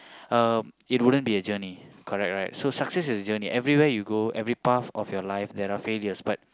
um it wouldn't be a journey correct right so success is a journey everywhere you go every path of your life there are failures but